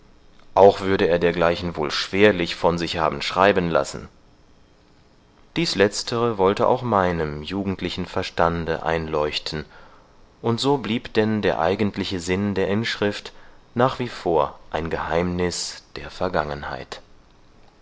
auch würde er dergleichen wohl schwerlich von sich haben schreiben lassen dies letztere wollte auch meinem jugendlichen verstande einleuchten und so blieb denn der eigentliche sinn der inschrift nach wie vor ein geheimnis der vergangenheit